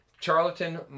charlatan